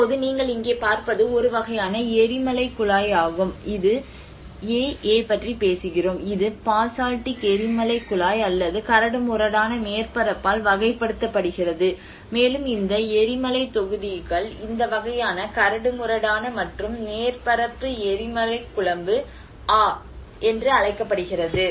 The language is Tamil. இப்போது நீங்கள் இங்கே பார்ப்பது ஒரு வகையான எரிமலைக்குழாய் ஆகும் இது ஆ பற்றி பேசுகிறோம் இது பாசால்டிக் எரிமலைக்குழாய் அல்லது கரடுமுரடான மேற்பரப்பால் வகைப்படுத்தப்படுகிறது மேலும் இந்த எரிமலை தொகுதிகள் இந்த வகையான கரடுமுரடான மற்றும் மேற்பரப்பு எரிமலைக்குழம்பு ஆ என்று அழைக்கப்படுகிறது